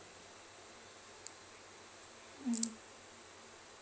mm